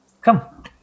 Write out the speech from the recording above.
Come